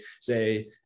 say